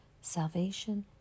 Salvation